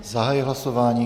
Zahajuji hlasování.